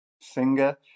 singer